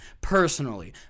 personally